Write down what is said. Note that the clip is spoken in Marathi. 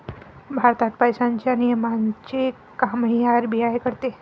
भारतात पैशांच्या नियमनाचे कामही आर.बी.आय करते